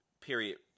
period